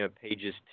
pages